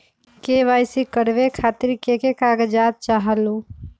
KYC करवे खातीर के के कागजात चाहलु?